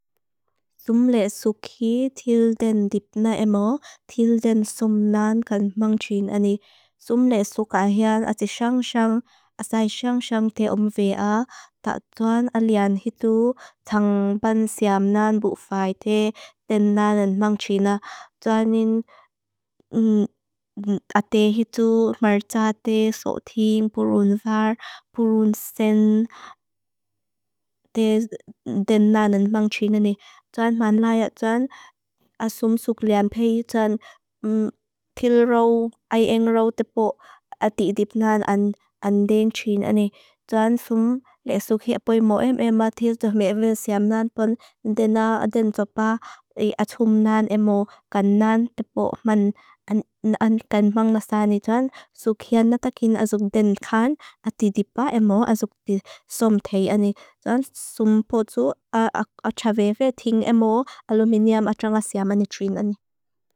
Þum le suk hi til den dipna emo til den som nan kan mang trin ani. Þum le suk a hian asai xang xang te om vea ta tuan alian hitu tang ban siam nan bu fae te den nanan mang trina. Tuan nin a te hitu marja te sothim purun far, purun sen te den nanan mang trina ni. Tuan man laia tuan asum suk liam pey tuan til rau ai eng rau te pok a ti dipna an den trina ni. Þum le suk hi apo imo emo til duh me ven siam nan pon dena den topa atum nan emo kan nan te pok man kan mang nasani. Þum suk hian natakin azuk den kan ati dipa emo azuk di som te ani. Þum potu achaveve ting emo aluminiam achanga siam man ni trina ni.